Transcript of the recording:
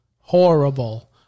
Horrible